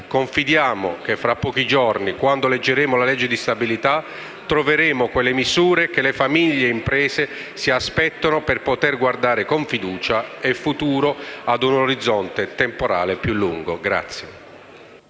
Confidiamo che fra pochi giorni, quando leggeremo la legge di stabilità, troveremo quelle misure che famiglie e imprese si aspettano, per poter guardare con fiducia al futuro e a un orizzonte temporale più lungo.